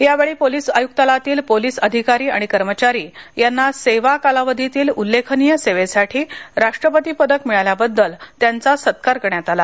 यावेळी पोलिस आयुक्तालयातील पोलिस अधिकारी आणि कर्मचारी यांना सेवा कालावधीतील उल्लेखनीय सेवेसाठी राष्ट्रपतीपदक मिळाल्याबद्दल त्यांचा सत्कार करण्यात आला